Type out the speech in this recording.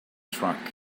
truck